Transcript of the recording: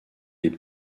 les